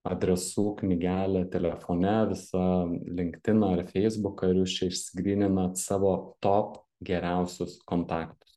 adresų knygelę telefone visą linktiną ar feisbuką ir jūs čia išsigryninat savo top geriausius kontaktus